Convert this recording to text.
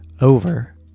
over